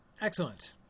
Excellent